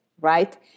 Right